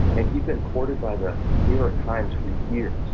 and he'd been courted by the new york times for years.